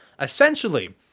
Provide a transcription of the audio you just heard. essentially